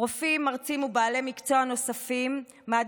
מרצים ובעלי מקצוע נוספים מעדיפים לנסוע